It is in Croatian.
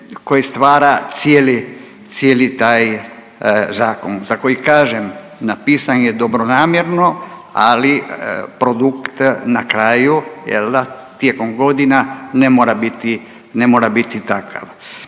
koje stvara cijeli taj zakon za koji kažem, napisan je dobronamjerno, ali produkt na kraju jel da tijekom godina ne mora biti takav.